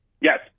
Yes